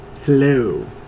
Hello